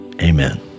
Amen